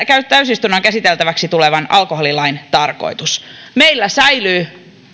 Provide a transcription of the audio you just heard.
täysistunnon käsiteltäväksi tulevan alkoholilain tarkoitus meillä säilyy